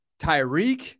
Tyreek